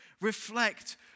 reflect